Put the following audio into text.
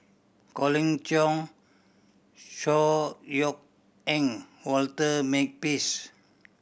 Colin Cheong Chor Yeok Eng Walter Makepeace